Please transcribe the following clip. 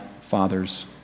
father's